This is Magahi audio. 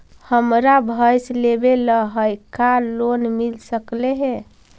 हमरा भैस लेबे ल है का लोन मिल सकले हे?